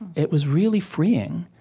it was really freeing.